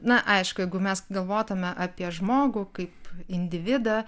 na aišku jeigu mes galvotume apie žmogų kaip individą